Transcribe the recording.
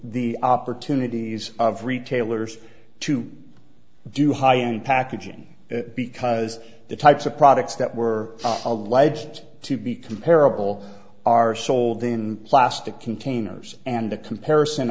the opportunities of retailers to do high end packaging because the types of products that were alleged to be can parable are sold in plastic containers and a comparison